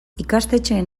ikastetxeen